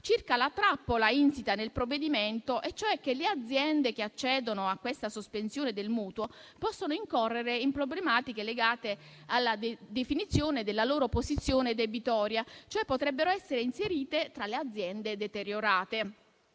circa la trappola insita nel provvedimento e cioè che le aziende che accedono a questa sospensione del mutuo possono incorrere in problematiche legate alla definizione della loro posizione debitoria, cioè potrebbero essere inserite tra le aziende deteriorate: